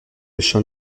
chant